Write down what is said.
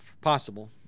possible